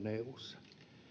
eussa